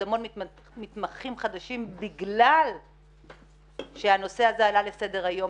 המון מתמחים חדשים בגלל שהנושא הזה עלה לסדר היום,